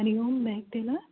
Hari Om Mahak tailor